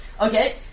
Okay